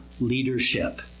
leadership